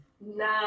Nine